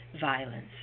violence